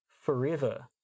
forever